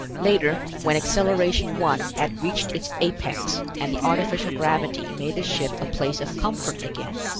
later, when acceleration one had reached its apex and the artificial gravity made the ship a place of comfort again,